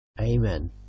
Amen